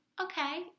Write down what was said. okay